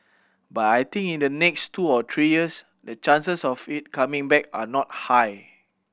but I think in the next two or three years the chances of it coming back are not high